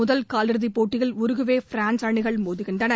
முதல் காலிறுதிப் போட்டியில் உருகுவே பிரான்ஸ் அணிகள் மோதுகின்றன